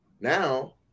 now